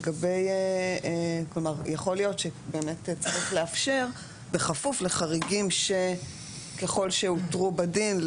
יכול להיות שבאמת צריך לאפשר בכפוף לחריגים ככל שאותרו בדין,